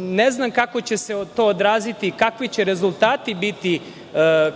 ne znam kako će se to odraziti i kakvi će rezultati biti